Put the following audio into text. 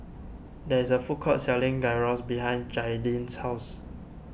there is a food court selling Gyros behind Jaidyn's house